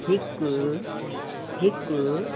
हिकु हिकु